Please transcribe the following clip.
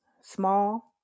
small